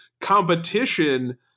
competition